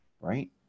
right